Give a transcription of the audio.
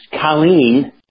Colleen